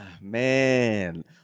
Man